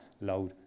loud